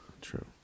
true